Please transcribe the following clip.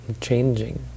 changing